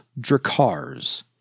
Drakars